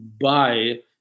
buy